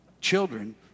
children